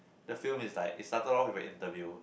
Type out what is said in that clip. the film is like it started off with a interview